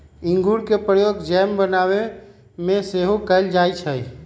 इंगूर के प्रयोग जैम बनाबे में सेहो कएल जाइ छइ